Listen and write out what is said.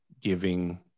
giving